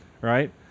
right